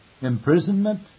imprisonment